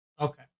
okay